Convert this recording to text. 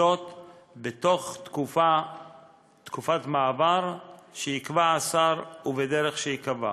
בתוך תקופת מעבר שיקבע השר, ובדרך שיקבע.